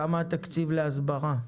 כמה התקציב להסברה?